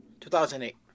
2008